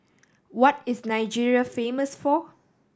what is Nigeria famous for